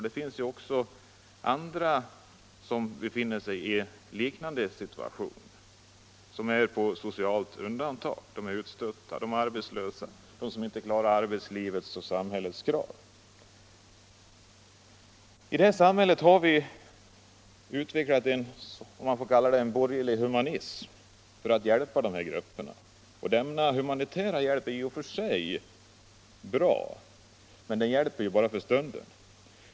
Det finns också andra som befinner sig i ett liknande läge genom att vara på socialt undantag eller utstötta. Det gäller de arbetslösa och dem som inte klarar arbetslivets och samhällets krav. I det här samhället har vi utvecklat, om jag så får kalla det, en borgerlig humanism för att hjälpa dessa grupper. Denna humanitära hjälp är i och för sig bra, men den hjälper bara för stunden.